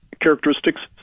characteristics